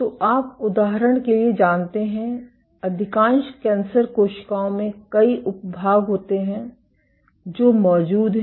तो आप उदाहरण के लिए जानते हैं अधिकांश कैंसर कोशिकाओं में कई उप भाग होते हैं जो मौजूद होते हैं